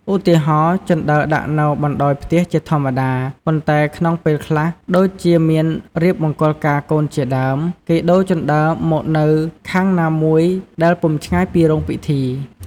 ឧទាហរណ៍ ជណ្តើរដាក់នៅបណ្តោយផ្ទះជាធម្មតា ប៉ុនែ្តក្នុងពេលខ្លះ ដូចជាមានរៀបមង្គលការកូនជាដើម គេដូរជណ្ដើរមកនៅខាងណាមួយដែលពុំឆ្ងាយពីរោងពិធី។